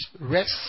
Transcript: rest